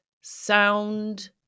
sound